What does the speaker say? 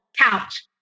Couch